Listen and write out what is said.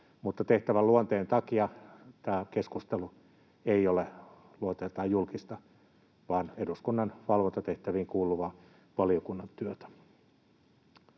tehtävän luonteen takia tämä keskustelu ei ole luonteeltaan julkista vaan eduskunnan valvontatehtäviin kuuluvaa valiokunnan työtä.